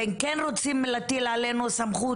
בין כן רוצים להטיל עלינו סמכות,